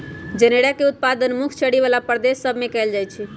जनेरा के उत्पादन मुख्य चरी बला प्रदेश सभ में कएल जाइ छइ